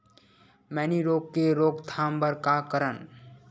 मैनी रोग के रोक थाम बर का करन?